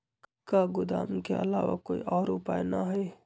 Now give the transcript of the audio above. का गोदाम के आलावा कोई और उपाय न ह?